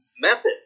method